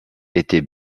était